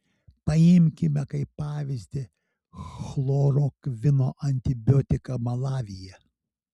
paimkime kaip pavyzdį chlorokvino antibiotiką malavyje